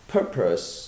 Purpose